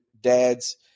dads